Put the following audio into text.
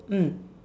mm